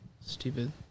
Stupid